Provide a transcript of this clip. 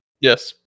Yes